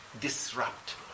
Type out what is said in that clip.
disrupt